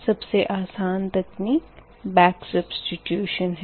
सबसे आसान तकनीक बेक सब्स्टिट्यूशन है